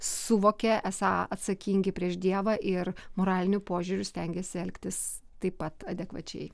suvokė esą atsakingi prieš dievą ir moraliniu požiūriu stengėsi elgtis taip pat adekvačiai